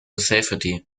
safety